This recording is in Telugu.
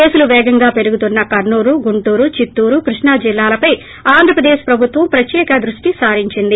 కేసులు పేగంగా పెరుగుతున్న కర్నూలు గుంటూరు చిత్తూరు కృష్ణ జిల్లాలపై ఆంధ్రప్రదేశ్ ప్రభుత్వం ప్రత్యేకంగా దృష్టి సారించింది